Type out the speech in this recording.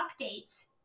updates